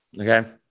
Okay